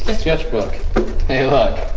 sketchbook hey look